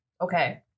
Okay